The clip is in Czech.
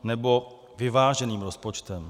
Nebo vyváženým rozpočtem.